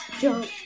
Jump